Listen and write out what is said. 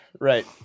right